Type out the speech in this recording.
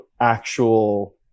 actual